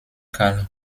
karl